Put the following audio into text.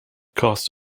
cast